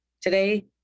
today